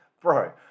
bro